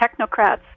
technocrats